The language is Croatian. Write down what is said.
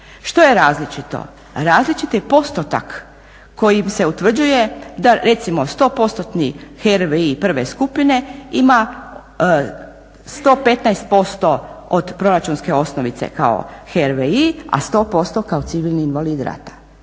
Što je različito? Različit je postotak kojim se utvrđuje da recimo 100% HRVI prve skupine ima 115% od proračunske osnovice kao HRVI a 100% kao civilni invalid rata.